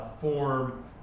form